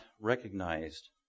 recognized